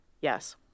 Yes